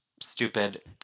stupid